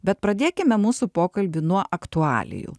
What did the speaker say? bet pradėkime mūsų pokalbį nuo aktualijų